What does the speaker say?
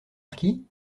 marquis